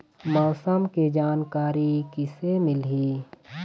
मौसम के जानकारी किसे मिलही?